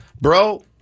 Bro